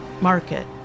market